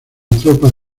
tropas